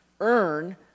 earn